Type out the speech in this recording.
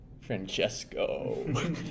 Francesco